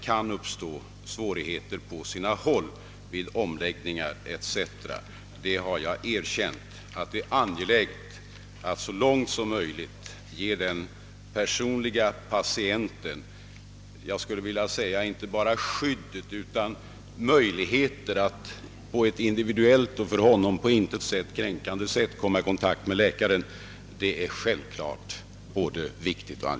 kan svårigheter på sina håll uppstå, men det är både viktigt och angeläget att den enskilde patienten så långt som möjligt ges inte bara ett skydd utan även möjlighet att på ett individuellt och för honom på intet vis kränkande sätt komma i kontakt med läkaren.